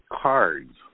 cards